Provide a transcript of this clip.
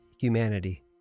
humanity